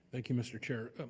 thank you, mr. chair.